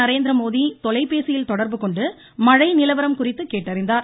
நரேந்திரமோடி தொலைபேசியில் தொடர்புகொண்டு மழை நிலவரம் குறித்து கேட்டறிந்தார்